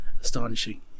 astonishing